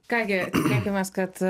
ką gi tikėkimės kad